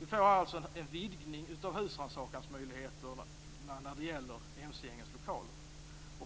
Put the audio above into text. Det blir alltså en vidgning av husrannsakansmöjligheterna när det gäller mc-gängens lokaler.